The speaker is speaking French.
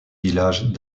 villages